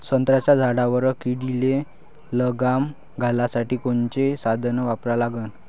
संत्र्याच्या झाडावर किडीले लगाम घालासाठी कोनचे साधनं वापरा लागन?